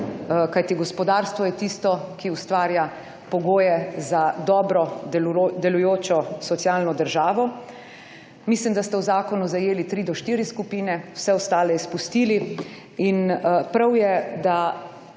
Kajti, gospodarstvo je tisto, ki ustvarja pogoje za dobro delujočo socialno državo. Mislim, da ste v zakonu zajeli tri do štiri skupine, vse ostale izpustili. Prav je, da